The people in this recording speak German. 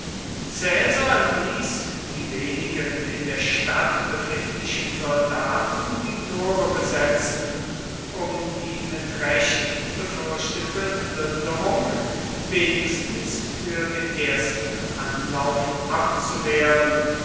ließ die wenigen in der stadt befindlichen soldaten die tore besetzen um die mit recht befürchtete plünderung wenigstens für den ersten anlauf abzuwehren